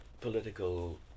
political